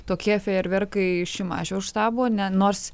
tokie fejerverkai šimašiaus štabo ne nors